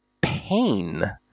pain